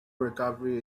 recovery